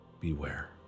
beware